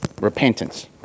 repentance